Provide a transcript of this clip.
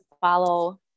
follow